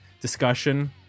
discussion